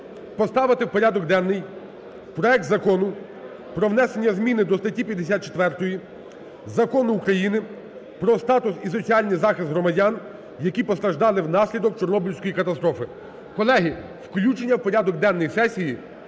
поставити в порядок денний проект Закону про внесення зміни до статті 54 Закону України "Про статус і соціальний захист громадян, які постраждали внаслідок Чорнобильської катастрофи". Колеги, включення в порядок денний сесії,